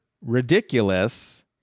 ridiculous